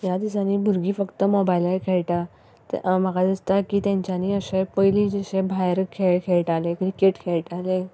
ह्या दिसांनी भुरगीं फक्त मॉबायलार खेळटा तें म्हाका दिसता की तेंच्यानी अशें पयलीं जशें भायर खेळ खेळटाले क्रिकेट खेळटाले